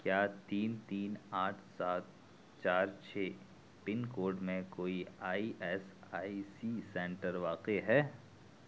کیا تین تین آٹھ سات چار چھ پن کوڈ میں کوئی I S I C centre واقع ہے